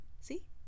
See